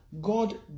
God